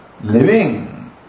living